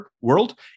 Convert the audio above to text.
world